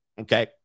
Okay